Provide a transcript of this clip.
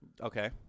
Okay